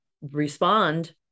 respond